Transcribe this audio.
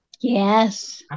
Yes